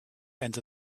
enter